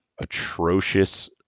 atrocious